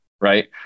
right